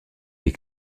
des